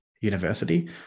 university